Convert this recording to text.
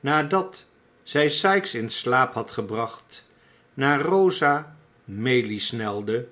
nadat zij sikes in slaap had gebracht naar rosa maylie snelde